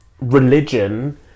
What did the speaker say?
religion